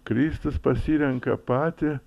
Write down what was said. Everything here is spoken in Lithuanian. kristus pasirenka patį